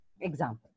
example